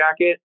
jacket